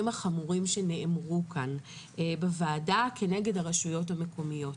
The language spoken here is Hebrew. החמורים שנאמרו כאן בוועדה כנגד הרשויות המקומיות.